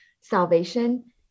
salvation